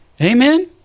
Amen